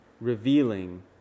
revealing